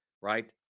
right